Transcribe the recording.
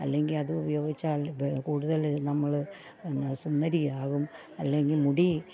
അല്ലെങ്കിൽ അതുപയോഗിച്ചാല് കൂടുതൽ നമ്മൾ സുന്ദരിയാകും അല്ലെങ്കിൽ മുടി